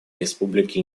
республики